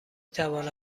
توانم